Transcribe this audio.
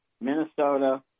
Minnesota